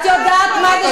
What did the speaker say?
תפסיקי לעשות פוליטיקה.